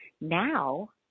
now